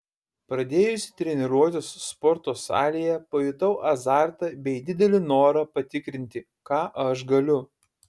pradėjusi treniruotis sporto salėje pajutau azartą bei didelį norą patikrinti ką aš galiu